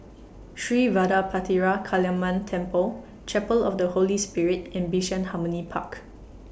Sri Vadapathira Kaliamman Temple Chapel of The Holy Spirit and Bishan Harmony Park